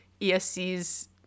ESCs